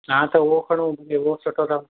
हा त हूओ खणो बिलूं सुठो अथव